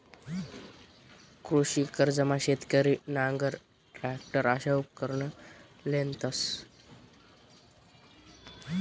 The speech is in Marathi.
कृषी कर्जमा शेतकरी नांगर, टरॅकटर अशा उपकरणं लेतंस